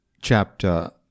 Chapter